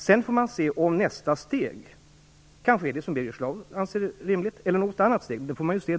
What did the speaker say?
Sedan får man se om nästa steg kanske blir det som Birger Schlaug anser är rimligt eller om det blir något annat steg.